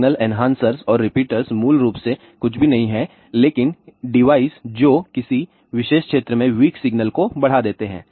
signal enhancers और repeaters मूल रूप से कुछ भी नहीं हैं लेकिन डिवाइस जो किसी विशेष क्षेत्र में वीक सिग्नल को बढ़ाते हैं